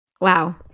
Wow